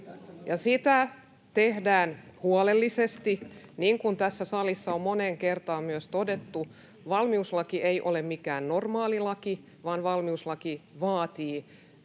sitä tehdään huolellisesti. Niin kuin tässä salissa on moneen kertaan myös todettu, valmiuslaki ei ole mikään normaali laki, vaan valmiuslaki vaatii